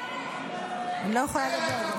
צריך להוציא אותם.